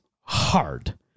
hard